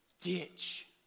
ditch